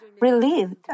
relieved